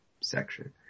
section